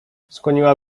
skłoniła